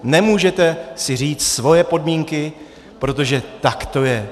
Nemůžete si říct svoje podmínky, protože tak to je!